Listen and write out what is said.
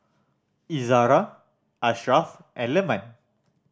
Izara Ashraff and Leman